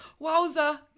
wowza